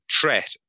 threat